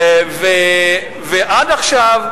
ועד עכשיו,